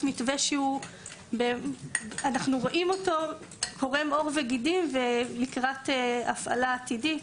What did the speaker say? מתווה שאנחנו רואים אותו קורם עור וגידים ולקראת הפעלה עתידית.